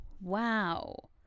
wow